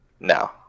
No